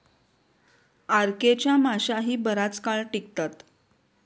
RK च्या माश्याही बराच काळ टिकतात